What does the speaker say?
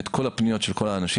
את כל הפניות של כל האנשים.